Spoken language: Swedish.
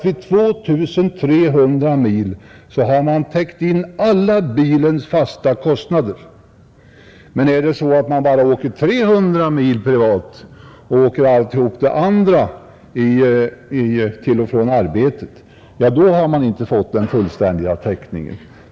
Vid 2 300 mil har man nämligen täckt in alla bilens fasta kostnader, Är det däremot på det sättet att man bara kör 300 mil privat och resterande sträcka till och från arbetet har man inte fått den fullständiga täckningen.